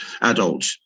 adult